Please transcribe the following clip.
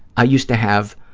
i used to have